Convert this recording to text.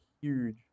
huge